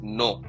no